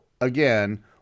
again